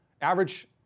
Average